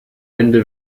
hände